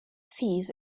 seas